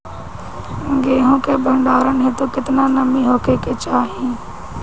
गेहूं के भंडारन हेतू कितना नमी होखे के चाहि?